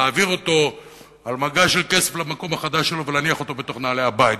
להעביר אותו על מגש של כסף למקום החדש שלו ולהניח אותו בתוך נעלי-הבית.